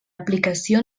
aplicació